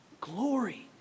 glory